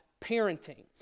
parenting